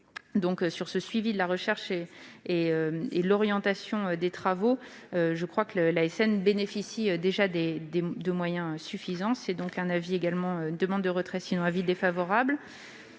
Sur ce suivi de la recherche et l'orientation des travaux, je crois que l'ASN bénéficie déjà des de moyens suffisants. Le Gouvernement formule donc une demande de retrait, sinon un avis défavorable.